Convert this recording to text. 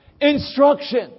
instruction